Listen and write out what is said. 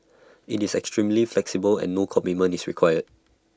extremely flexible and no commitment is required